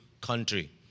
country